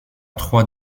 trois